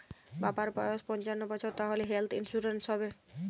বাবার বয়স পঞ্চান্ন বছর তাহলে হেল্থ ইন্সুরেন্স হবে?